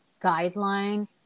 guideline